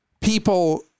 people